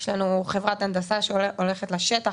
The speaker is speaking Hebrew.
יש לנו חברת הנדסה שהולכת לשטח,